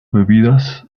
bebidas